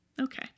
Okay